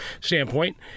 standpoint